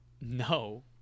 No